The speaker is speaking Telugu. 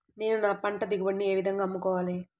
నేను నా పంట దిగుబడిని ఏ విధంగా అమ్ముకోవాలి?